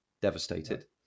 devastated